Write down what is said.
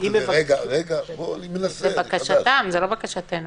זה בקשתם, זה לא בקשתנו.